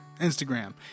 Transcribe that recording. Instagram